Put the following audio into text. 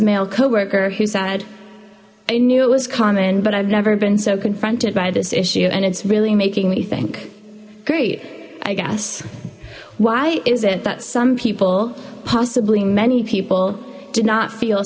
male coworker who said i knew it was common but i've never been so confronted by this issue and it's really making me think great i guess why is it that some people possibly many people did not feel